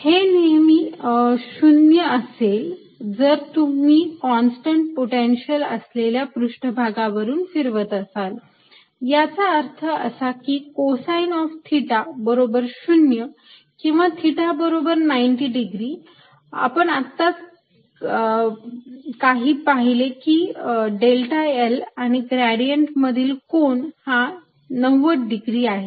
हे नेहमी 0 असेल जर तुम्ही कॉन्स्टंट पोटेन्शिअल असलेल्या पृष्ठभागावरून फिरवत असाल याचा अर्थ असा की कोसाईन ऑफ थिटा बरोबर 0 किंवा थिटा बरोबर 90 डिग्री आपण आत्ताच काही पाहिले की डेल्टा l आणि ग्रेडियंट मधील कोन हा 90 डिग्री आहे